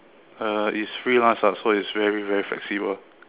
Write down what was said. uh is freelance ah so it's very very flexible